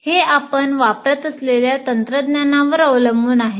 हे आपण वापरत असलेल्या तंत्रज्ञानावर अवलंबून आहे